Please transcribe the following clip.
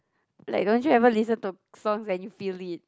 like don't you ever listen to songs and you feel it